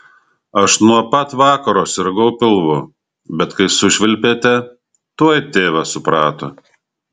aš nuo pat vakaro sirgau pilvu bet kai sušvilpėte tuoj tėvas suprato